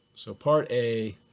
so part a,